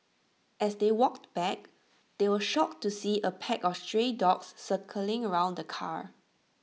as they walked back they were shocked to see A pack of stray dogs circling around the car